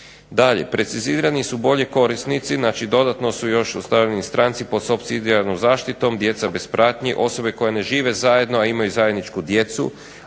Dalje, precizirani su bolje korisnici dodatno su još ostavljeni stranci pod supsidijarnom zaštitom, djeca bez pratnje, osobe koje ne žive zajedno, imaju zajedničku djecu,